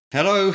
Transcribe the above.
Hello